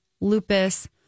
lupus